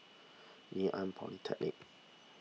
Ngee Ann Polytechnic